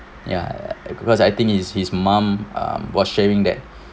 ya because I think it's his mom um was sharing that